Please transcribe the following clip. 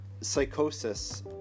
psychosis